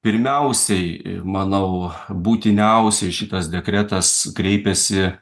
pirmiausiai manau būtiniausiai šitas dekretas kreipiasi